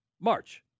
March